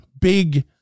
big